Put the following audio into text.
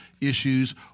issues